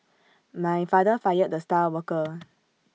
my father fired the star worker